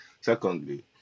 Secondly